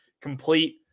complete